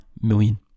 million